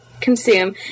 Consume